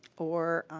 or.